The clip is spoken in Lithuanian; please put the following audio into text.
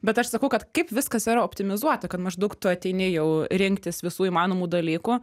bet aš sakau kad kaip viskas yra optimizuota kad maždaug tu ateini jau rinktis visų įmanomų dalykų